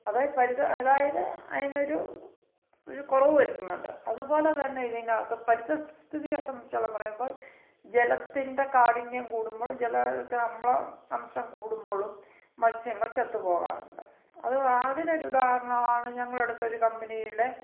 അതെ പരിത അതായത് അതിനൊരു ഒരു കുറവ് വരുത്തുന്നുണ്ട് അതുപോലെ തന്നെ ഇതിനകത്ത് പരിധസ്ഥിതി അ സംബന്ധിച്ചോളം പറയുമ്പോൾ ജലത്തിൻ്റെ കാഠിന്യം കൂടുമ്പോൾ ജലത്തേ അമ്ലം അംശം കൂടുമ്പളും മത്സ്യങ്ങൾ ചത്തുപോകാറുണ്ട് അത് അതിനൊരു ഉദാഹരണമാണ് ഞങ്ങളടുത്തൊരു കമ്പനിലെ